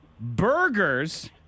burgers